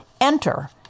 Enter